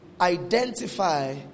identify